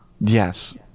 Yes